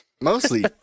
Mostly